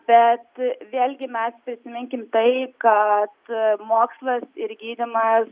bet vėlgi mes prisiminkim tai kad mokslas ir gydymas